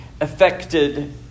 affected